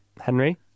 Henry